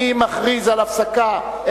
אני מכריז על הפסקה,